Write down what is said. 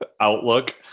outlook